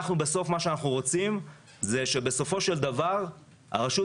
מה שאנחנו רוצים זה שבסופו של דבר הרשות